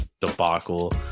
debacle